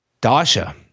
Dasha